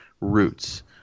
roots